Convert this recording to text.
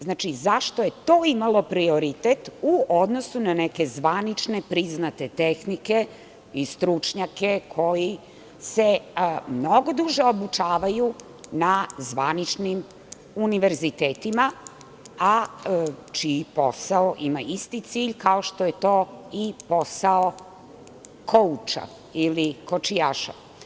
Znači, zašto je to imalo prioritet u odnosu na neke zvanično priznate tehnike i stručnjake koji se mnogo duže obučavaju na zvaničnim univerzitetima, a čiji posao ima isti cilj kao što je to i posao kouča, ili kočijaša?